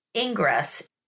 ingress